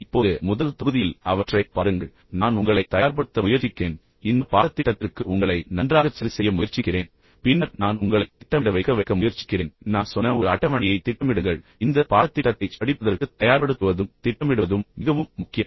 இப்போது முதல் தொகுதியில் அவற்றை பாருங்கள் நான் உங்களைத் தயார்படுத்த முயற்சிக்கிறேன் இந்த பாடத்திட்டத்திற்கு உங்களை நன்றாகச் சரிசெய்ய முயற்சிக்கிறேன் பின்னர் நான் உங்களைத் திட்டமிட வைக்க வைக்க முயற்சிக்கிறேன் நான் சொன்ன ஒரு அட்டவணையைத் திட்டமிடுங்கள் இந்தத் பாடத்திட்டத்தைச் படிப்பதற்கு தயார்படுத்துவதும் திட்டமிடுவதும் மிகவும் முக்கியம்